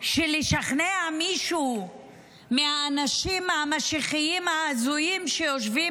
ולשכנע מישהו מהאנשים המשיחיים ההזויים שיושבים